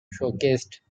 showcased